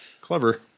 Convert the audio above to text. Clever